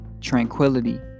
Tranquility